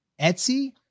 Etsy